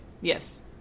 Yes